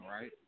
right